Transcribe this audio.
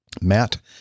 Matt